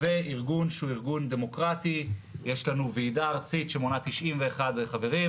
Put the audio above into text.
וארגון שהוא ארגון דמוקרטי יש לנו ועידה ארצית שמונה 91 חברים.